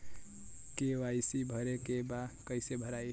KYC भरे के बा कइसे भराई?